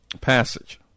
passage